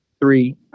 three